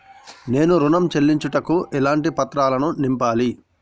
నేను ఋణం చెల్లించుటకు ఎలాంటి పత్రాలను నింపాలి?